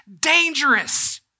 dangerous